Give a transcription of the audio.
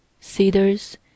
cedars